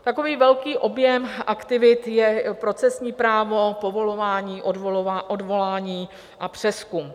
Takový velký objem aktivit je procesní právo, povolování, odvolání a přezkum.